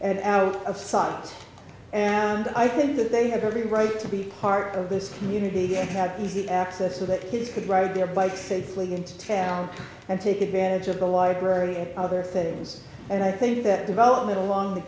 and out of sight and i think that they have every right to be part of this community to have easy access to that kids could ride their bikes safely into town and take advantage of the library and other things and i think that development along the